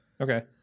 Okay